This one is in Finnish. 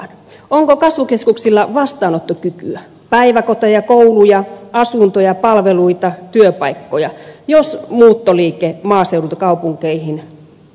onko kasvukeskuksilla vastaanottokykyä päiväkoteja kouluja asuntoja palveluita työpaikkoja jos muuttoliike maaseudulta kaupunkeihin voimistuu